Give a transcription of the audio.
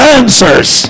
answers